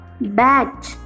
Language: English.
Batch